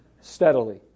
Steadily